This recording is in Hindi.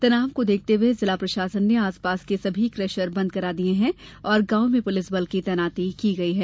तनाव को देखते हुए जिला प्रशासन ने आसपास के सभी केशर बंद करा दिये हैं और गांव में पुलिस बल की तैनाती की गई है